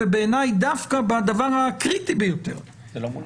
ובעיניי דווקא בדבר הקריטי ביותר --- שלא מולנו.